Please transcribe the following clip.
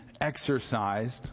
exercised